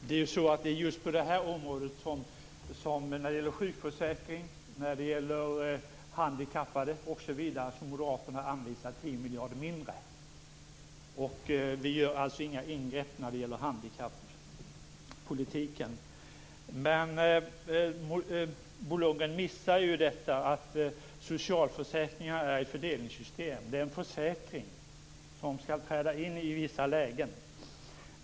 Herr talman! Det är just på detta område, när det gäller sjukförsäkring, handikappade osv., som Moderaterna anvisar 10 miljarder kronor mindre. Vi gör alltså inga ingrepp när det gäller handikappolitiken. Bo Lundgren missar ju att socialförsäkringarna utgör ett fördelningssystem, en försäkring som skall träda in i vissa lägen.